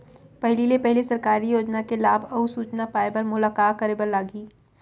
पहिले ले पहिली सरकारी योजना के लाभ अऊ सूचना पाए बर मोला का करे बर लागही?